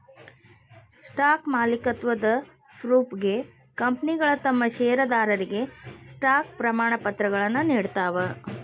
stock ಮಾಲೇಕತ್ವದ ಪ್ರೂಫ್ಗೆ ಕಂಪನಿಗಳ ತಮ್ ಷೇರದಾರರಿಗೆ ಸ್ಟಾಕ್ ಪ್ರಮಾಣಪತ್ರಗಳನ್ನ ನೇಡ್ತಾವ